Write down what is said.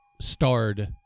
starred